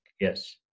Yes